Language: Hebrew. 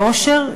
באושר,